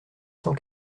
cent